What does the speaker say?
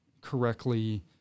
correctly